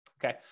Okay